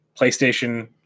Playstation